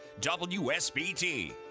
WSBT